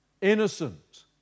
innocent